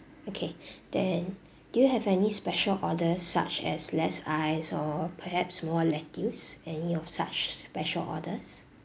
okay then do you have any special orders such as less ice or perhaps more lettuce any of such special orders